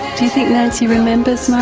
do you think nancy remembers